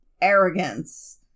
arrogance